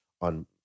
on